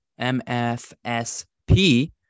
MFSP